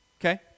Okay